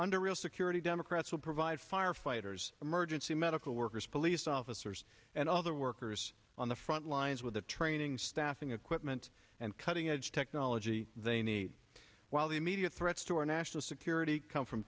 under real security democrats will provide firefighters emergency medical workers police officers and other workers on the front lines with the training staffing equipment and cutting edge technology they need while the media the threats to our national security come from